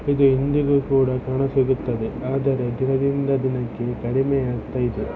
ಇದು ಇಂದಿಗೂ ಕೂಡ ಕಾಣಸಿಗುತ್ತದೆ ಆದರೆ ದಿನದಿಂದ ದಿನಕ್ಕೆ ಕಡಿಮೆ ಆಗ್ತಾಯಿದೆ